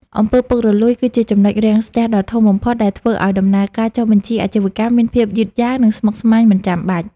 អំពើពុករលួយ គឺជា ចំណុចរាំងស្ទះ ដ៏ធំបំផុតដែលធ្វើឱ្យដំណើរការចុះបញ្ជីអាជីវកម្មមានភាពយឺតយ៉ាវ និងស្មុគស្មាញមិនចាំបាច់។